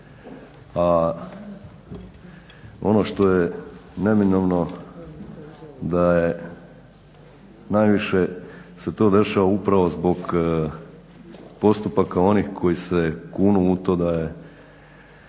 a ono što je neminovno da najviše se to dešava upravo zbog postupaka onih koji se kunu u to da je